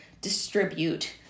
distribute